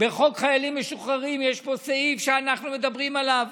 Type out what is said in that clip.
בחוק חיילים משוחררים יש פה סעיף שאנחנו מדברים עליו.